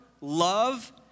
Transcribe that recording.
love